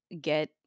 get